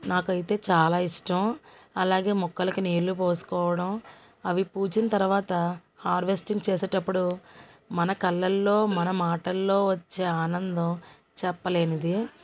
నాకైతే చాలా ఇష్టం అలాగే మొక్కలకి నీళ్ళు పోసుకోవడం అవి పూసిన తర్వాత హార్వెస్టింగ్ చేసేటప్పుడు మన కళ్ళలో మన మాటలలో వచ్చే ఆనందం చెప్పలేనిది